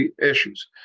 issues